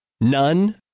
None